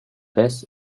best